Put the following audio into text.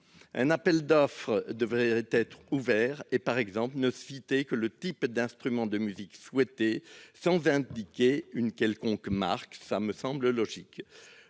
Un appel d'offres devrait être très ouvert et, par exemple, ne citer que le type d'instrument de musique souhaité, sans indiquer une quelconque marque. Madame la ministre,